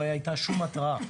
לא הייתה שום התרעה